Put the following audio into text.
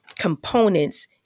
components